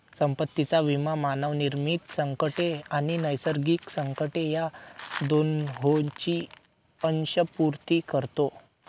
संपत्तीचा विमा मानवनिर्मित संकटे आणि नैसर्गिक संकटे या दोहोंची अंशपूर्ती करतो